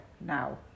now